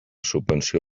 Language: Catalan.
subvenció